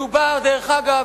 מדובר, דרך אגב,